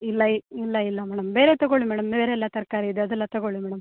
ಇಲ್ಲ ಇಲ್ಲ ಇಲ್ಲ ಮೇಡಮ್ ಬೇರೆ ತೊಗೊಳ್ಳಿ ಮೇಡಮ್ ಬೇರೆಲ್ಲ ತರಕಾರಿ ಇದೆ ಅದೆಲ್ಲ ತೊಗೊಳ್ಳಿ ಮೇಡಮ್